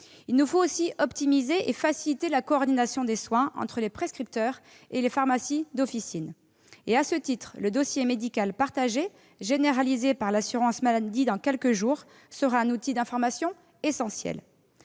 Il nous faut aussi optimiser et faciliter la coordination des soins entre les prescripteurs et les pharmaciens d'officine. À ce titre, le dossier médical partagé généralisé par l'assurance maladie dans quelques jours sera un outil d'information essentiel.